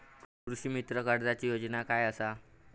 कृषीमित्र कर्जाची योजना काय असा?